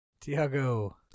Tiago